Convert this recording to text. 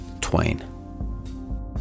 Twain